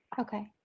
Okay